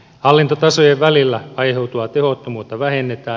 hallintotasojen välillä aiheutuvaa tehottomuutta vähennetään